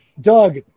Doug